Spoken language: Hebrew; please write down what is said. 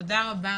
תודה רבה